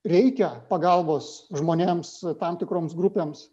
reikia pagalbos žmonėms tam tikroms grupėms